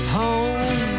home